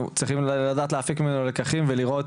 צריכים לדעת להפיק ממנו לקחים ולראות